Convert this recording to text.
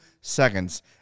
seconds